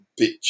bitch